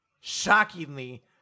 shockingly